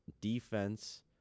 defense